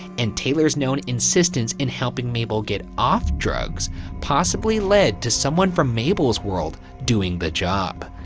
and taylor's known insistence in helping mabel get off drugs possibly led to someone from mabel's world doing the job.